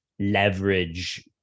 leverage